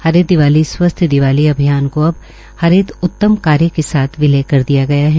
हरित दीवाली स्वस्थ दीवाली अभियान को अब हरित उत्तम कार्य के साथ विलय कर दिया गया है